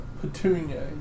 Petunia